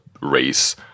race